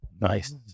Nice